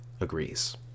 agrees